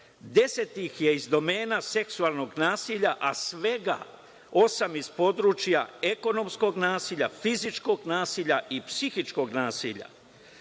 10 ih je iz domena seksualnog nasilja, a svega osam iz područja ekonomskog nasilja, fizičkog nasilja i psihičkog nasilja. Da